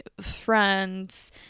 friends